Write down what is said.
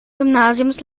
gymnasiums